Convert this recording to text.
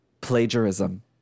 plagiarism